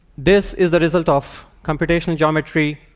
this is the result of computational geometry,